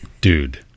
dude